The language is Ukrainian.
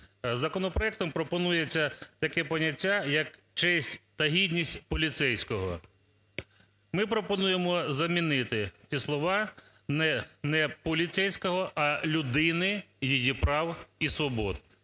Законопроектом пропонується таке поняття, як "честь та гідність поліцейського". Ми пропонуємо замінити ці слова: не "поліцейського", а "людини, її прав і свобод".